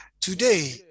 Today